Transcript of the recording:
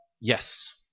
Yes